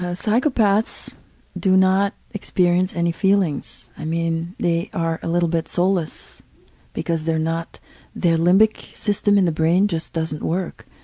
ah psychopaths do not experience any feelings. i mean, they are a little bit soulless because they're not their limbic system in the brain just doesn't work.